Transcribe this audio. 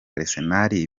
arsenal